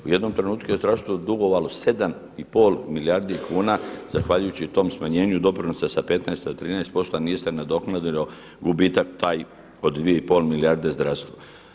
U jednom trenutku je zdravstvo dugovalo 7,5 milijardi kuna zahvaljujući tom smanjenju i doprinosima sa 15 na 13% a nije se nadoknadilo gubitak taj od 2,5 milijarde zdravstvu.